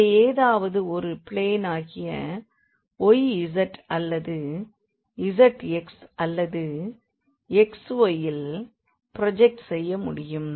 இதை ஏதாவது ஒரு பிளேனாகிய yz அல்லது zx அல்லது xy இல் ப்ரோஜெக்ட் செய்ய முடியும்